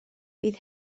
bydd